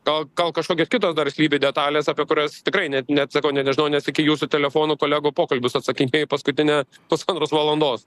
gal gal kažkokios kitos dar slypi detalės apie kurias tikrai net neatsakau ne nežinau nes iki jūsų telefonu kolegų pokalbius atsakinėju paskutinę pusantros valandos